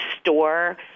store